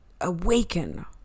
awaken